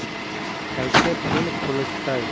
कैसे फिन खुल तय?